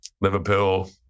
Liverpool